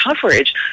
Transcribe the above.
coverage